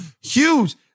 huge